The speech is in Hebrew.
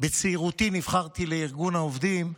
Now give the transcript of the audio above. בצעירותי נבחרתי לארגון העובדים,